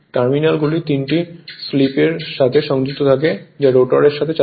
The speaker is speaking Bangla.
টার্মিনালগুলি 3 টি স্লিপিংয়ের সাথে সংযুক্ত থাকে যা রোটারের সাথে চালু হয়